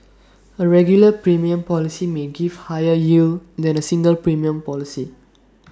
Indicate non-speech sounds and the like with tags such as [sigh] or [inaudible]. A regular premium policy may give higher yield than A single premium policy [noise]